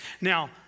Now